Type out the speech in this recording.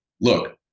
look